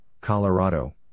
Colorado